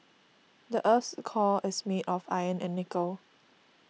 the earth's core is made of iron and nickel